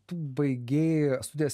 tu baigei studijas